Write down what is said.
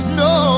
no